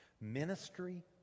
Ministry